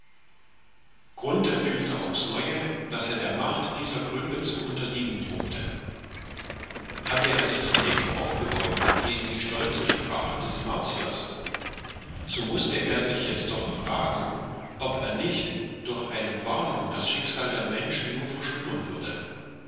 grunthe fühlte aufs neue daß er der macht dieser gründe zu unterliegen drohte hatte er sich zunächst aufgebäumt gegen die stolze sprache des martiers so mußte er sich jetzt doch fragen ob er nicht durch eine warnung das schicksal der menschen nur verschlimmern würde